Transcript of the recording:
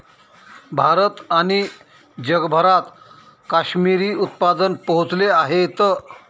भारत आणि जगभरात काश्मिरी उत्पादन पोहोचले आहेत